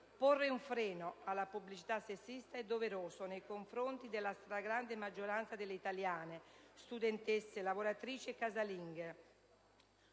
Porre un freno alla pubblicità sessista è doveroso nei confronti della stragrande maggioranza delle italiane, studentesse, lavoratrici e casalinghe,